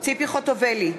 ציפי חוטובלי,